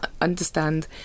understand